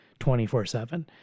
24-7